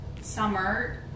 summer